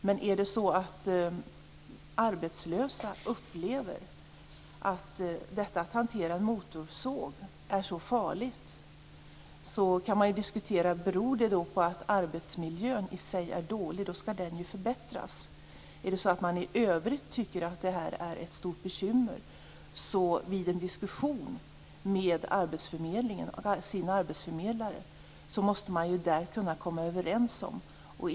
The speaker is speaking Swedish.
Men man kan ju diskutera om detta med att arbetslösa upplever att hantera en motorsåg är så farligt beror på att arbetsmiljön i sig är dålig. Då skall ju den förbättras. Om det är så att man i övrigt tycker att detta är ett stort bekymmer måste man komma överens om detta i en diskussion med sin arbetsförmedlare.